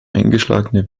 eingeschlagene